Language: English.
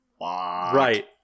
right